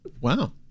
Wow